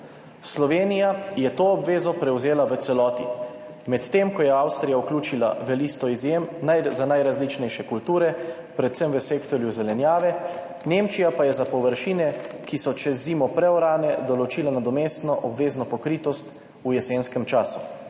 Slovenija je to obvezo prevzela v celoti, medtem ko je Avstrija vključila v listo izjem za najrazličnejše kulture predvsem v sektorju zelenjave, Nemčija pa je za površine, ki so čez zimo preorane, določila nadomestno obvezno pokritost v jesenskem času.